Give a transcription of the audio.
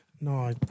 No